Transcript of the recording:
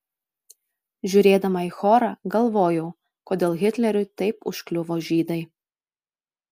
žiūrėdama į chorą galvojau kodėl hitleriui taip užkliuvo žydai